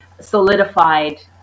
solidified